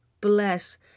Bless